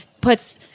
puts